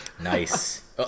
Nice